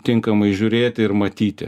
tinkamai žiūrėti ir matyti